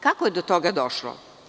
Kako je do toga došlo?